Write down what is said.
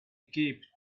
cape